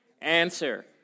answer